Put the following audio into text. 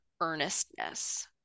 earnestness